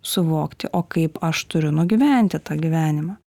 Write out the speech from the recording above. suvokti o kaip aš turiu nugyventi tą gyvenimą